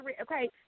Okay